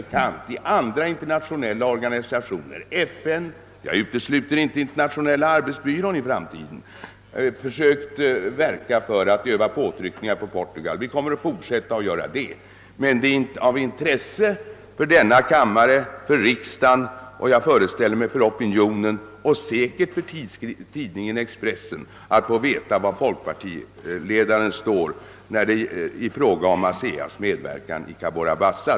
Vi skall i andra internationella organisationer såsom FN, och jag utesluter inte Internationella arbetsbyrån, i framtiden försöka verka för att öva påtryckningar på Portugal. Det är herr Wedén bekant att vi redan på många håll har gjort det, och vi kommer att fortsätta att göra det. Emellertid är det av intresse för denna kammare, för hela riksdagen och — föreställer jag mig — för opinionen och säkerligen för tidningen Expressen att få veta var folkpartiledaren står i fråga om ASEA:s medverkan i Cabora Bassa.